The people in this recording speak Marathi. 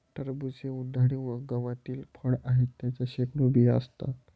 टरबूज हे उन्हाळी हंगामातील फळ आहे, त्यात शेकडो बिया असतात